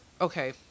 okay